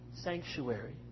Sanctuary